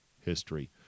history